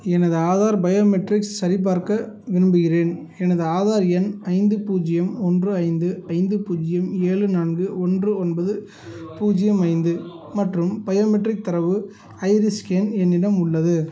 எனது ஆதார் பயோமெட்ரிக்ஸ் சரிபார்க்க விரும்புகிறேன் எனது ஆதார் எண் ஐந்து பூஜ்ஜியம் ஒன்று ஐந்து ஐந்து பூஜ்ஜியம் ஏழு நான்கு ஒன்று ஒன்பது பூஜ்ஜியம் ஐந்து மற்றும் பயோமெட்ரிக் தரவு ஐரிஸ் ஸ்கேன் என்னிடம் உள்ளது